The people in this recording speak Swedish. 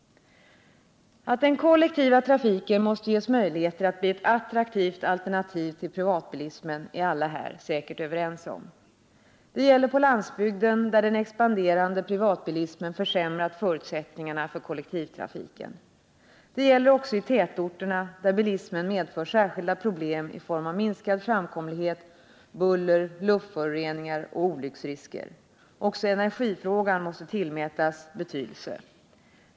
Att den kollektiva trafiken måste ges möjligheter att bli ett attraktivt alternativ till privatbilismen är alla här säkert överens om. Det gäller på landsbygden där den expanderande privatbilismen har försämrat förutsättningarna för kollektivtrafiken. Det gäller också i tätorterna, där bilismen medför särskilda problem i form av minskad framkomlighet, buller, luftföroreningar och olycksrisker. Också energifrågan måste tillmätas betydelse.